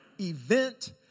event